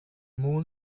moon